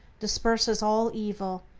disperses all evil,